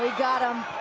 got him.